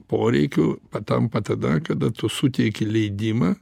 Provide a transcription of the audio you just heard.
poreikiu patampa tada kada tu suteiki leidimą